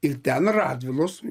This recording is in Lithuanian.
ir ten radvilos